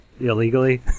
illegally